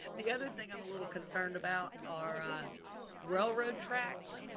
the other thing i'm a little concerned about are a railroad tracks,